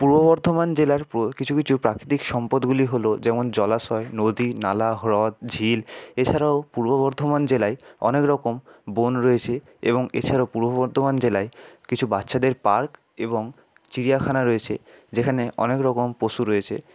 পূর্ব বর্ধমান জেলার কিছু কিছু প্রাকৃতিক সম্পদগুলি হলো যেমন জলাশয় নদী নালা হ্রদ ঝিল এছাড়াও পূর্ব বর্ধমান জেলায় অনেক রকম বন রয়েছে এবং এছাড়াও পূর্ব বর্ধমান জেলায় কিছু বাচ্চাদের পার্ক এবং চিড়িয়াখানা রয়েছে যেখানে অনেক রকম পশু রয়েছে